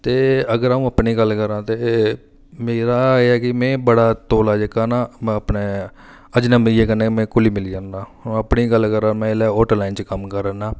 ते अगर अ'ऊं अपनी गल्ल करां ते मेरा एह् ऐ कि में बड़ा तौला जेह्का ना अपने अजनबी जेह्के बंदे नै में घुली मिली जन्ना अपनी गल्ल करां ते में इसलै होटल लाइन च कम्म करै ना